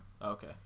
Okay